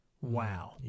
wow